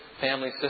family